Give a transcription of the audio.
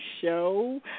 show